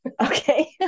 Okay